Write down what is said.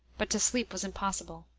but to sleep was impossible.